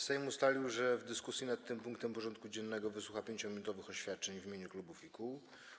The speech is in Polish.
Sejm ustalił, że w dyskusji nad tym punktem porządku dziennego wysłucha 5-minutowych oświadczeń w imieniu klubów i kół.